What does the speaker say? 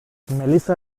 melissa